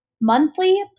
Monthly